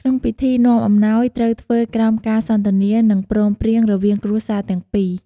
ក្នុងពិធីនាំអំណោយត្រូវធ្វើក្រោមការសន្ទនា និងព្រមព្រៀងរវាងគ្រួសារទាំងពីរ។